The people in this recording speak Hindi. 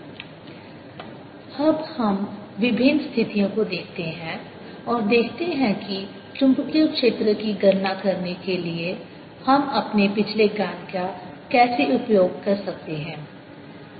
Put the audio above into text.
B0 Hjfree B0HM B04πdVjr×r rr r3 अब हम विभिन्न स्थितियों को देखते हैं और देखते हैं कि चुंबकीय क्षेत्र की गणना करने के लिए हम अपने पिछले ज्ञान का कैसे उपयोग कर सकते हैं